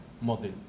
model